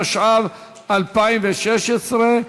התשע"ו 2016,